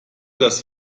das